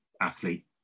athlete